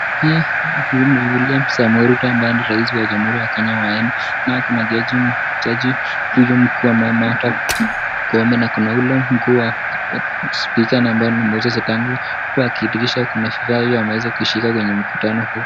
Haya huyu ni William Samoei Ruto ambaye ni rais wa jamuhuri wa Kenya wa nne na kuna jaji huyu mkuu mama anayeitwa Koome na kuna yule ni mkuu wa spika ambaye ni Moses Wetangula huku akiidhirisha kuna vifaa ambavyo ameweza kishika katika mkutano huo.